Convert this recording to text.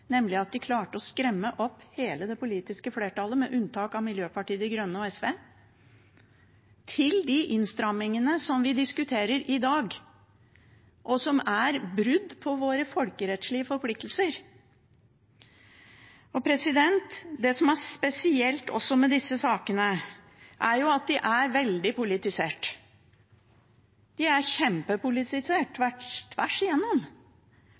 nemlig at de klarte å skremme opp hele det politiske flertallet, med unntak av Miljøpartiet De Grønne og SV, til de innstrammingene som vi diskuterer i dag, og som er brudd på våre folkerettslige forpliktelser. Det som også er spesielt med disse sakene, er at de er veldig politisert. De er kjempepolitisert, tvers igjennom.